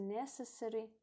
necessary